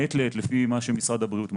מעת לעת, לפי מה שמשרד הבריאות מעביר.